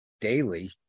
daily